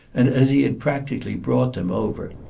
and, as he had practically brought them over,